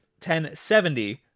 1070